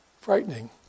frightening